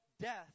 death